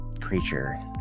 creature